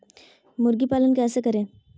मुर्गी पालन कैसे करें?